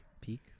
Peak